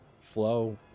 flow